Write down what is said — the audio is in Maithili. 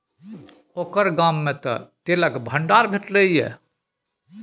ओकर गाममे तँ तेलक भंडार भेटलनि ये